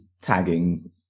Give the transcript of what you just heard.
tagging